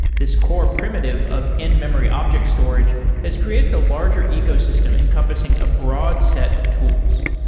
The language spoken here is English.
this core primitive of in-memory object storage has created a larger ecosystem encompassing a broad set of tools.